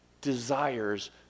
desires